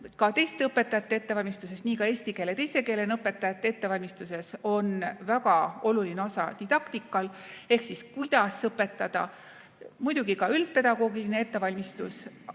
nagu teiste õpetajate ettevalmistuses, nii ka eesti keele teise keelena õpetajate ettevalmistuses on väga oluline osa didaktikal ehk siis sellel, kuidas õpetada. Muidugi ka üldpedagoogiline ettevalmistus,